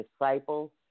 disciples